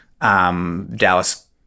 Dallas